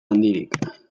handirik